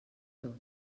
tot